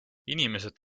inimesed